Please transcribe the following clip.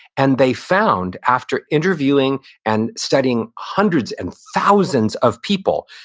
and they found, after interviewing and studying hundreds and thousands of people,